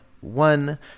One